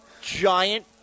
giant